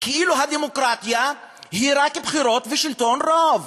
כאילו הדמוקרטיה היא רק בחירות ושלטון רוב,